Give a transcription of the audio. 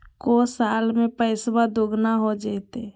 को साल में पैसबा दुगना हो जयते?